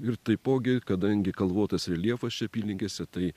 ir taipogi kadangi kalvotas reljefas čia apylinkėse tai